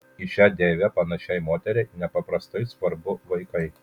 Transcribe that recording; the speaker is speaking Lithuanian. į šią deivę panašiai moteriai nepaprastai svarbu vaikai